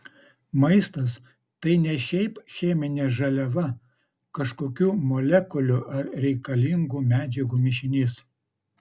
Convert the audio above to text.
maistas tai ne šiaip cheminė žaliava kažkokių molekulių ar reikalingų medžiagų mišinys